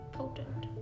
potent